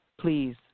please